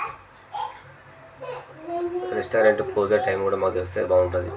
restaurant ప్రొవజర్ time కూడా మాకు తెలిస్తే బాగుంటుంది